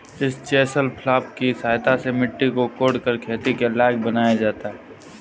इस chisel plough की सहायता से मिट्टी को कोड़कर खेती के लायक बनाया जाता है